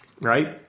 right